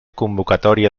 convocatòria